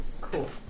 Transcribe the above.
Cool